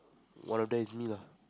whether is me lah